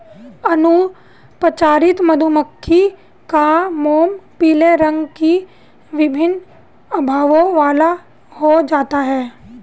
अनुपचारित मधुमक्खी का मोम पीले रंग की विभिन्न आभाओं वाला हो जाता है